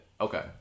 Okay